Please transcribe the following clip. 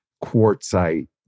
quartzite